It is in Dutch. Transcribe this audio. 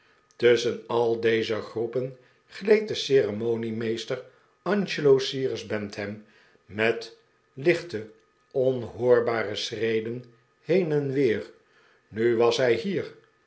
tusschen al deze groepen gleed de ceremoniemeester angelo cyrus bantam met lichte onhoorbare schreden heen en weer nu was hij hier